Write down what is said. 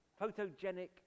photogenic